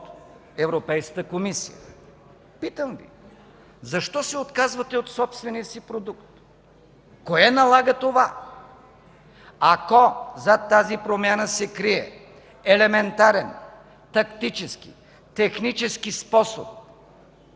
Европейската комисия. Питам Ви: защо се отказвате от собствения Ви продукт? Кое налага това? Ако зад тази промяна се крие елементарен тактически, технически способ